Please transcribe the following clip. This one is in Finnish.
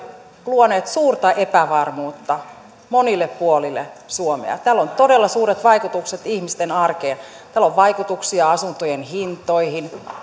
luoneet suurta epävarmuutta monille puolille suomea tällä on todella suuret vaikutukset ihmisten arkeen tällä on vaikutuksia asuntojen hintoihin